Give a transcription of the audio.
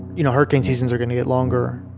you know, hurricane seasons are going to get longer,